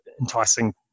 enticing